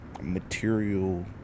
material